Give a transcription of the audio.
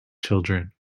children